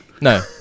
No